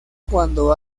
cuando